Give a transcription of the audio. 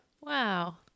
wow